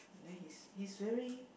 then he's he's very